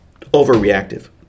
overreactive